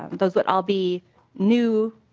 those would all be new